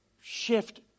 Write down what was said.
shift